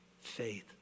faith